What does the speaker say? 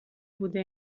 بوده